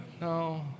No